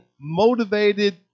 motivated